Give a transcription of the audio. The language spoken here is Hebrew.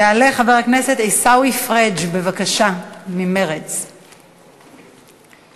יעלה חבר הכנסת עיסאווי פריג' ממרצ, בבקשה.